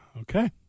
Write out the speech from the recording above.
Okay